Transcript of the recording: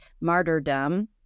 martyrdom